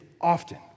often